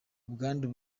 ubwandu